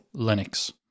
Linux